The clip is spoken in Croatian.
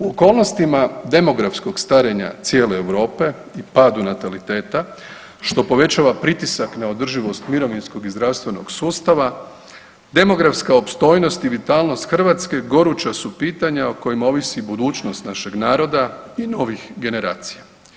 U okolnostima demografskog starenja cijele Europe i padu nataliteta, što povećava pritisak na održivost mirovinskog i zdravstvenog sustava, demografska opstojnost i vitalnost Hrvatske goruća su pitanja o kojima ovisi budućnost našeg naroda i novih generacija.